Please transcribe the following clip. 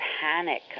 panic